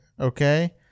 okay